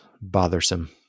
bothersome